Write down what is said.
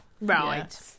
Right